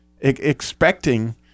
expecting